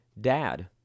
dad